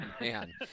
man